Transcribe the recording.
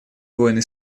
войны